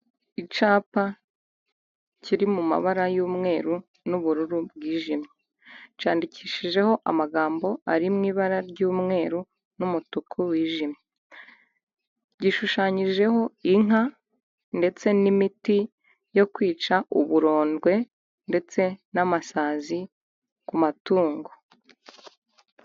Icyapa kiri mu mabara y'umweru n'ubururu bwijimye, cyandikishijeho amagambo ari mu ibara ry'umweru n'umutuku wijimye. Gishushanyijeho inka ndetse n'imiti yo kwica uburondwe ndetse n'amasazi ku matungo.